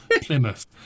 Plymouth